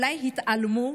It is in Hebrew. אולי התעלמו?